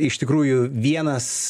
iš tikrųjų vienas